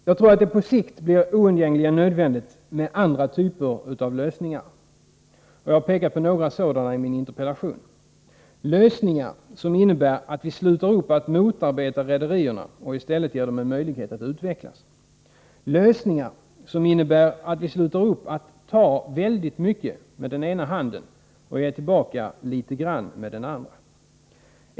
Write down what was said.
Jag tror att det på sikt blir oundgängligen nödvändigt med andra typer av lösningar. Jag har pekat på några sådana i min interpellation. Lösningarna bör innebära att vi slutar upp med att motarbeta rederierna och i stället ger dem en möjlighet att utvecklas. Vidare bör lösningarna innebära att vi slutar att ta väldigt mycket med den ena handen och ge tillbaka litet grand med den andra.